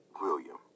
William